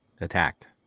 attacked